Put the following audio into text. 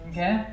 Okay